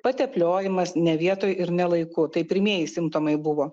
patepliojimas ne vietoj ir ne laiku tai pirmieji simptomai buvo